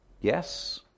Yes